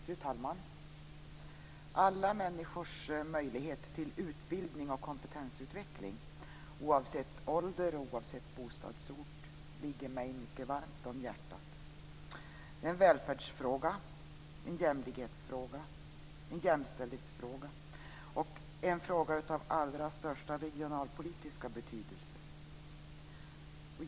Fru talman! Alla människors möjlighet till utbildning och kompetensutveckling oavsett ålder och bostadsort ligger mig mycket varmt om hjärtat. Det är en välfärdsfråga, en jämlikhetsfråga, en jämställdhetsfråga och en fråga av allra största regionalpolitiska betydelse.